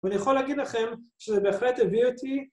ואני יכול להגיד לכם שזה בהחלט הביא אותי...